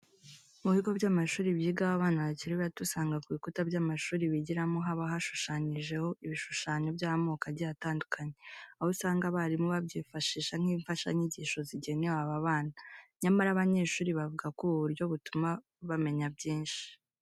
Mu bigo by'amashuri byigaho abana bakiri bato usanga ku bikuta by'amashuri bigiramo haba hashushanyijeho ibishushanyo by'amoko agiye atandukanye, aho usanga abarimu babyifashisha nk'imfashanyigisho zigenewe aba bana. Nyamara abanyeshuri bavuga ko ubu buryo butuma bamenya byinshi.